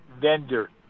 vendor